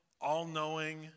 all-knowing